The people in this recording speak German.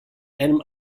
einem